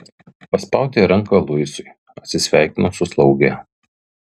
paspaudė ranką luisui atsisveikino su slauge